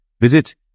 visit